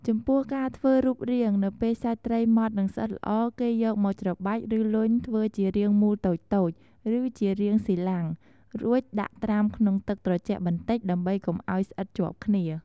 ចំពោះការធ្វើរូបរាង នៅពេលសាច់ត្រីម៉ត់ និងស្អិតល្អ គេយកមកច្របាច់ ឬលុញធ្វើជារាងមូលតូចៗ ឬជារាងស៊ីឡាំង រួចដាក់ត្រាំក្នុងទឹកត្រជាក់បន្តិច ដើម្បីកុំឱ្យស្អិតជាប់គ្នា។